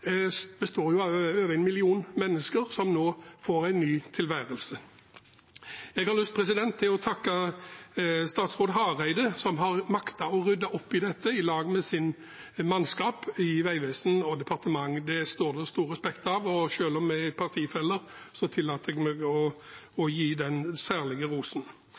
består av over en million mennesker som nå får en ny tilværelse. Jeg har lyst til å takke statsråd Hareide, som har maktet å rydde opp i dette i lag med sitt mannskap i vegvesen og departement. Det står det stor respekt av, og selv om vi er partifeller, tillater jeg meg å gi den særlige rosen.